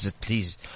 please